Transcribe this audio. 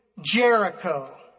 Jericho